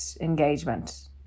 engagement